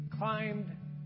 climbed